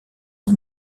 ont